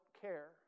care